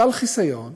הוטל חיסיון